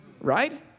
Right